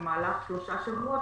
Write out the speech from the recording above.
במהלך שלושה שבועות,